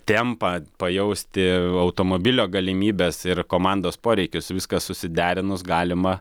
tempą pajausti automobilio galimybes ir komandos poreikius viską susiderinus galima